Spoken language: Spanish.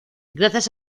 gracias